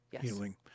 healing